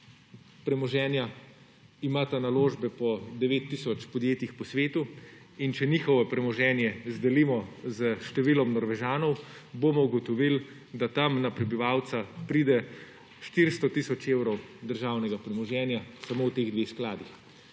premoženja, imata naložbe po 9 tisoč podjetjih po svetu in če njihovo premoženje delimo s številom Norvežanov, bomo ugotovili, da tam na prebivalca pride 400 tisoč evrov državnega premoženja samo v teh dveh skladih.